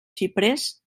xiprers